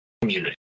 community